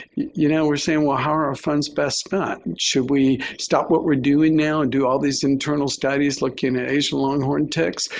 you know, we're saying, well, how are our funds best met? and should we stop what we're doing now and do all these internal studies looking at asian long-horned ticks?